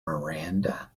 miranda